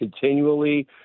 continually